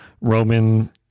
Roman